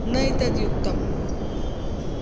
नैतद्युक्तम्